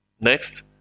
Next